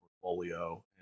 portfolio